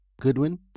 Goodwin